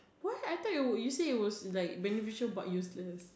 what I thought you would you say it was like beneficial but useless